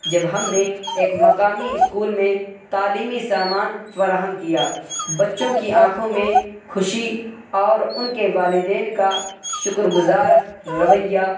جب ہم نے ایک مقامی اسکول میں تعلیمی سامان فراہم کیا بچوں کی آنکھوں میں خوشی اور ان کے والدین کا شکر گزار رویہ